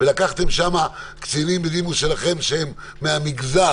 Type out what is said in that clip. ולקחתם שם קצינים בדימוס שלכם שהם מהמגזר